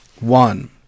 one